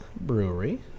Brewery